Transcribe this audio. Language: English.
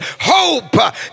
hope